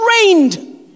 trained